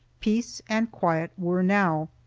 peace and quiet were now.